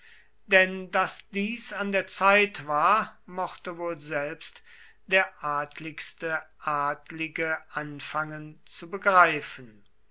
denn daß dies an der zeit war mochte wohl selbst der adligste adlige anfangen zu begreifen